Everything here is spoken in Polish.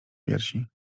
piersi